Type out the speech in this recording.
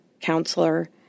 counselor